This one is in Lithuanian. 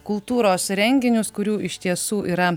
kultūros renginius kurių iš tiesų yra